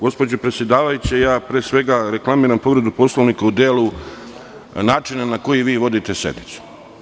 Gospođo predsedavajuća, pre svega reklamiram povredu Poslovnika u delu načina na koji vi vodite sednicu.